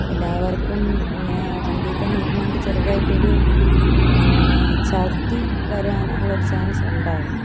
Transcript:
എല്ലാവർക്കും ഇങ്ങനെ വണ്ടിയില്ത്തന്നെ ഇരുന്നതുകൊണ്ട് ചെറുതായിട്ടൊരു ഛർദി വരാനുള്ളൊരു ചാൻസുണ്ടായിരുന്നു